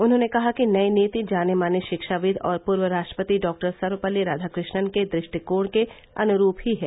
उन्होंने कहा कि नई नीति जाने माने शिक्षाविद और पूर्व राष्ट्रपति डॉक्टर सर्वपल्ली राधाकृष्णन के दु ष्टिकोण के अनुरूप ही है